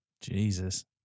Jesus